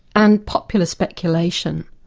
and popular speculation.